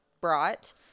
brought